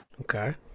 Okay